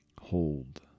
Hold